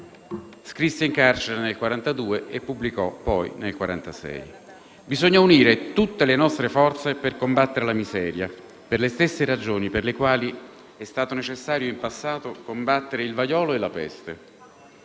scrisse in carcere nel 1942, e pubblicò nel 1946: «Bisogna unire tutte le nostre forze per combattere la miseria per le stesse ragioni per le quali è stato necessario in passato combattere il vaiolo e la peste: